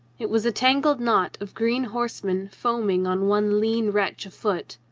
it was a tangled knot of green horsemen foaming on one lean wretch afoot.